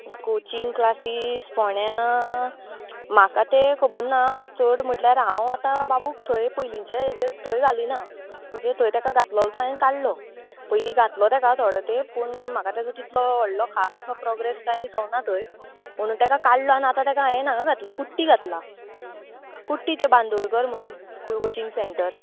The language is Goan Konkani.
कोचींग क्लासीस फोंड्या म्हाका तें खबरना चड म्हटल्यार हांव आतां बाबूक थंय पयलींचे हेजेर थंय घालिना म्हणजे थंय तेका घातलोल तो हांयें काडलो पयलीं घातलो तेका थोडो तेंप पूण म्हाका तेजो तितलो व्हडलो खास असो प्रॉग्रॅस कांय दिसोंक ना थंय म्हुणू तेका काडलो आनी आतां तेका हांयेन हांगां घातला कुर्टी घातलां कुर्टी तें बांदोडकर म्हणून कोचींग सँटर